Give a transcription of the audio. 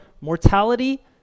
mortality